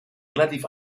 relativ